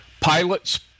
Pilots